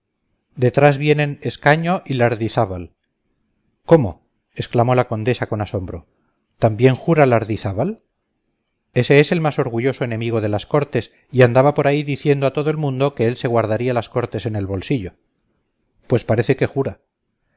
detrás vienen escaño y lardizábal cómo exclamó la condesa con asombro también jura lardizábal ese es el más orgulloso enemigo de las cortes y andaba por ahí diciendo a todo el mundo que él se guardaría las cortes en el bolsillo pues parece que jura